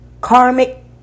Karmic